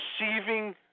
receiving